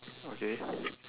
okay